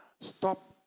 stop